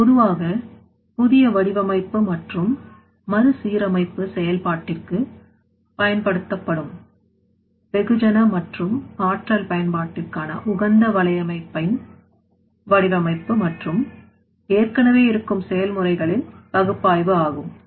இது பொதுவாக புதிய வடிவமைப்பு மற்றும் மறுசீரமைப்பு செயல்பாட்டிற்கு பயன்படுத்தப்படும் வெகுஜன மற்றும் ஆற்றல் பயன்பாட்டிற்கான உகந்த வலையமைப்பின் வடிவமைப்பு மற்றும் ஏற்கனவே இருக்கும் செயல்முறைகளின் பகுப்பாய்வு ஆகும்